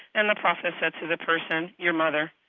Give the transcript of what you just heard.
and the prophet said to the person, your mother.